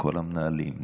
לכל המנהלים,